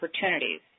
opportunities